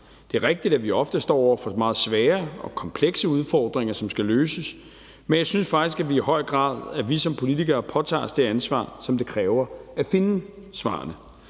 Det er rigtigt, at vi ofte står over for meget svære og komplekse udfordringer, som skal løses, men jeg synes faktisk i høj grad, at vi som politikere påtager os det ansvar, som det kræver at finde svarene.